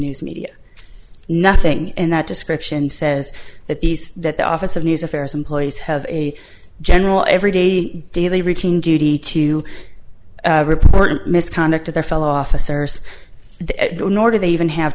news media nothing in that description says that these that the office of news affairs employees have a general every day daily routine duty to report misconduct to their fellow officers nor do they even have